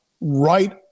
right